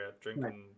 drinking